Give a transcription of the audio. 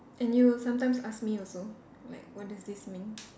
and you would sometimes ask me also like what does this mean